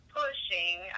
pushing